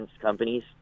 companies